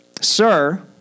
Sir